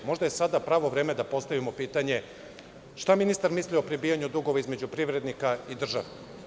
Možda je sada pravo vreme da postavimo pitanje – šta ministar misli o prebijanju dugova između privrednika i države?